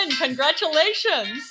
congratulations